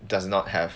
does not have